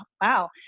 wow